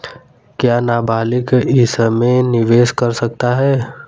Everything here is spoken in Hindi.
क्या नाबालिग इसमें निवेश कर सकता है?